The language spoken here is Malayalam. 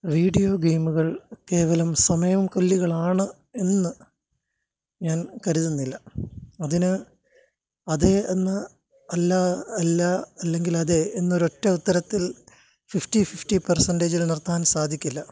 വീഡിയോ ഗെയിമുകള് കേവലം സമയം കൊല്ലികളാണ് എന്ന് ഞാന് കരുതുന്നില്ല അതിന് അതെ എന്ന് അല്ല അല്ലാ അല്ലെങ്കിൽ അതെ എന്ന ഒരു ഒറ്റ ഉത്തരത്തില് ഫിഫ്റ്റി ഫിഫ്റ്റി പേര്സെൻ്റേജിൽ നിര്ത്താന് സാധിക്കില്ല